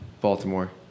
Baltimore